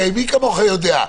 הרי מי כמוך יודע,